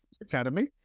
Academy